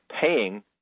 paying